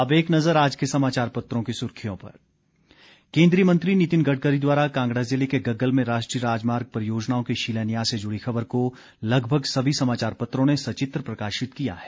अब एक नज़र अखबारों की सुर्खियों पर केंद्रीय मंत्री नितिन गडकरी द्वारा कांगड़ा जिले के गग्गल में राष्ट्रीय राजमार्ग परियोजनाओं के शिलान्यास से जुड़ी खबर को लगभग सभी समाचारपत्रों ने सचित्र प्रकाशित किया है